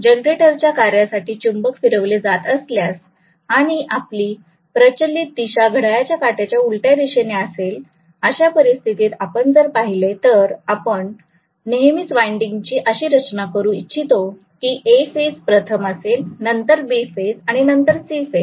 जनरेटरच्या कार्यासाठी चुंबक फिरवले जात असल्यास आणि आपली प्रचलित दिशा घड्याळाच्या काट्याच्या उलट्या दिशेस असेल अशा परिस्थितीत आपण जर पाहिलेतर आपण नेहमीच वाइंडिंग ची अशी रचना करू इच्छितो की A फेज प्रथम असेल नंतर B फेज आणि नंतर C फेज